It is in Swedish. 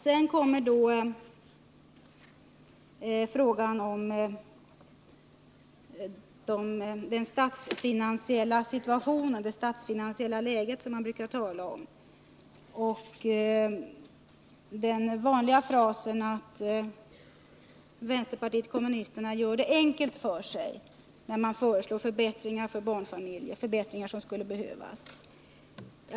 Sedan kom då talet om det statsfinansiella läget, som det brukar heta, och den vanliga frasen att vänsterpartiet kommunisterna gör det enkelt för sig när man föreslår nödvändiga förbättringar för barnfamiljerna.